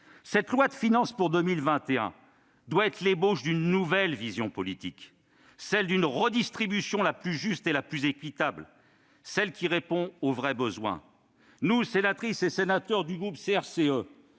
Cette loi de finances pour 2021 doit être l'ébauche d'une nouvelle vision politique, celle d'une redistribution la plus juste et la plus équitable, celle qui répond aux vrais besoins. Nous, sénatrices et sénateurs du groupe CRCE,